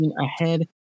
ahead